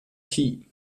key